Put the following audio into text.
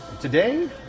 Today